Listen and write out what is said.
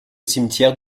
cimetière